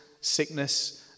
sickness